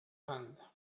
hand